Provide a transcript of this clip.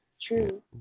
True